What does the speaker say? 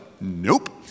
Nope